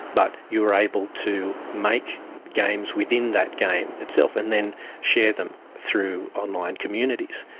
but you were able to make games within that game itself, and then share them through online communities.